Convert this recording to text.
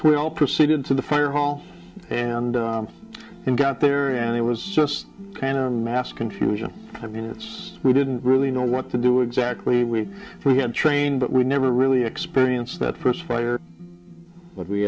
well proceeded to the fire hall and got there and it was just kind of a mass confusion i mean it's we didn't really know what to do exactly what we had trained but we never really experience that first fryer but we